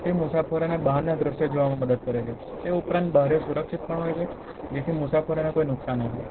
તે મુસાફરોને બહારના દૃશ્યો જોવામાં મદદ કરે છે તે ઉપરાંત બારી સુરક્ષિત પણ હોય છે જેથી મુસાફરોને કોઈ નુકસાન ના થાય